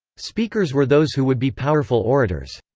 speakers were those who would be powerful orators.